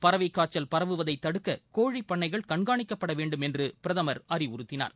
பறவை காய்ச்சல் பரவுவதை தடுக்க கோழிப் பண்ணைகள் கண்காணிக்கப்பட வேண்டும் என்று பிரதமர் அறிவுறுத்தினார்